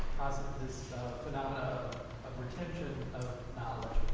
this phenomena of retention of knowledge.